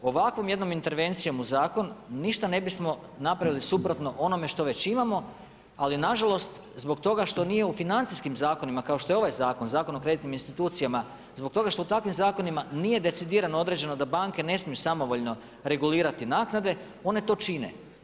Ovakvom jednom intervencijom u zakon ništa ne bismo napravili suprotno onome što već imamo, ali na žalost zbog toga što nije u financijskim zakonima kao što je ovaj zakon, Zakon o kreditnim institucijama, zbog toga što u takvim zakonima nije decidirano određeno da banke ne smiju samovoljno regulirati naknade one to čine.